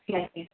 सिआके